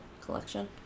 collection